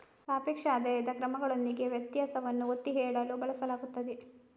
ಸಾಪೇಕ್ಷ ಆದಾಯದ ಕ್ರಮಗಳೊಂದಿಗೆ ವ್ಯತ್ಯಾಸವನ್ನು ಒತ್ತಿ ಹೇಳಲು ಬಳಸಲಾಗುತ್ತದೆ